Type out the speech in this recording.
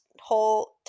whole